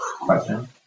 question